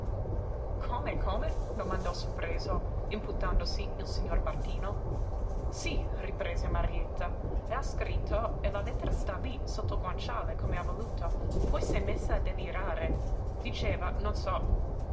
come come domandò sorpreso impuntandosi il signor martino sí riprese marietta e ha scritto e la lettera sta lí sotto il guanciale come ha voluto poi s'è messa a delirare diceva non so